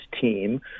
team